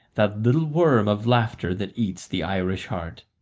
that little worm of laughter that eats the irish heart.